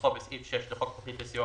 כנוסחו בסעיף 6 לחוק התכנית לסיוע